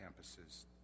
campuses